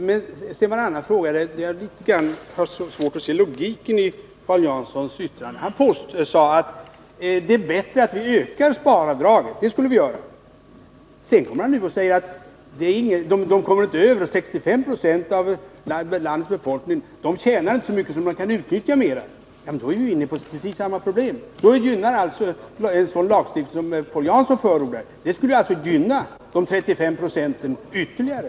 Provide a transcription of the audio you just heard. Sedan till en annan fråga. Jag har litet svårt för att se logiken i Paul Janssons yttrande. Han sade att det skulle vara bättre att vi ökade sparavdraget — det borde vi göra. Men nu kommer han och säger att över 65 20 av landets befolkning inte tjänar så mycket att de kan utnyttja sparavdraget. Då är vi ju inne på precis samma problem. En sådan lagstiftning som den Paul Jansson förordar skulle alltså gynna de 35 procenten ytterligare.